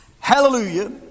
Hallelujah